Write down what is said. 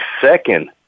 second